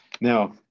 Now